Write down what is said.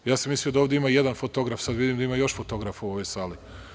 Ja sam mislio da ovde ima jedan fotograf a sada vidim da ima još fotografa u ovoj sali.